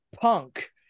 punk